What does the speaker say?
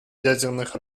ядерных